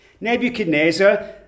nebuchadnezzar